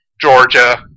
Georgia